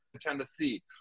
Tennessee